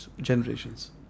generations